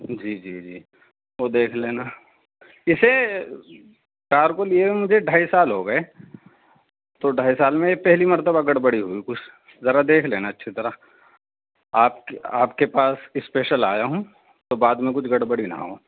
جی جی جی وہ دیکھ لینا اسے کار کو لیے مجھے ڈھائی سال ہو گئے تو ڈھائی سال میں یہ پہلی مرتبہ گڑبڑی ہوئی کچھ ذرا دیکھ لینا اچھی طرح آپ آپ کے پاس اسپیشل آیا ہوں تو بعد میں کچھ گڑبڑی نہ ہو